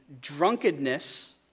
drunkenness